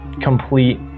complete